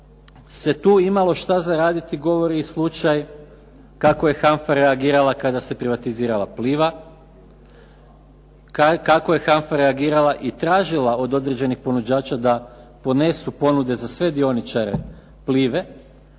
se tu imalo šta za raditi govori i slučaj kako je HANFA reagirala kada se privatizirala Pliva, kako je HANFA reagirala i tražila od određenih ponuđača da ponesu ponude za sve dioničare Plive,